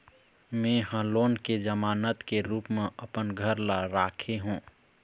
में ह लोन के जमानत के रूप म अपन घर ला राखे हों